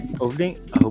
Opening